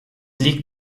liegt